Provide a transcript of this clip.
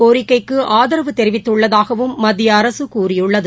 கோரிக்கைக்குஆதரவு தெிவித்துள்ளதாகவும் மத்தியஅரசுகூறியுள்ளது